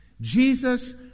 Jesus